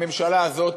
הממשלה הזאת,